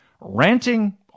Ranting